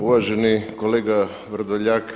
Uvaženi kolega Vrdoljak.